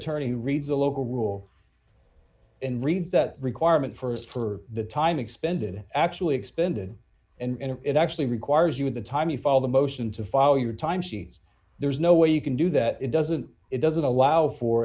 attorney reads a local rule and read that requirement for for the time expended actually expended and it actually requires you with the time you file the motion to file your time sheets there's no way you can do that it doesn't it doesn't allow for